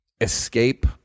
escape